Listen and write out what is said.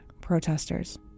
protesters